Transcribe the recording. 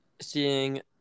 seeing